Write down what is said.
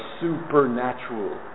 supernatural